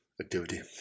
activity